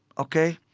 ok,